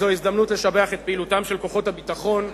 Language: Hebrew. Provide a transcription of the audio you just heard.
כוחות הביטחון,